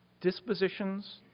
dispositions